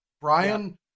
Brian